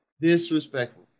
Disrespectful